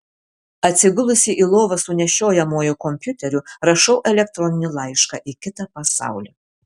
atsigulusi į lovą su nešiojamuoju kompiuteriu rašau elektroninį laišką į kitą pasaulį